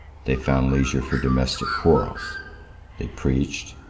they found leisure for domestic quarrels they preached,